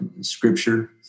scripture